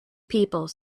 people